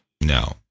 No